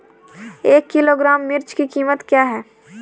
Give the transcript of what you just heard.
एक किलोग्राम मिर्च की कीमत क्या है?